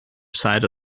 side